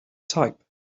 type